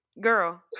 girl